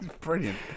Brilliant